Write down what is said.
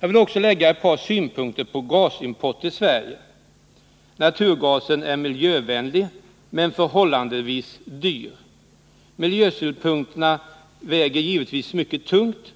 Jag vill också lägga ett par synpunkter på gasimport till Sverige. Naturgasen är miljövänlig, men förhållandevis dyr. Miljösynpunkterna väger givetvis mycket tungt.